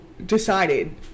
Decided